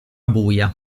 buia